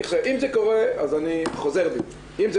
אם זה קורה, אז אני חוזר בי.